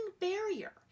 barrier